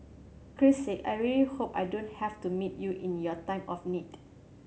Christ Sake I really hope I don't have to meet you in your time of need